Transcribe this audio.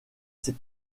ses